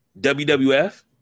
WWF